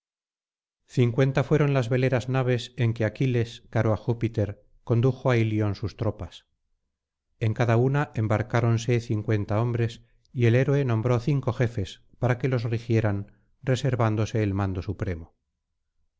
cincuenta fueron las veleras naves en que aquiles caro á júpiter condujo á ilion sus tropas en cada una embarcáronse cincuenta hombres y el héroe nombró cinco jefes para que los rigieran reservándose el mando supremo